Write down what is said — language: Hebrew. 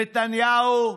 נתניהו,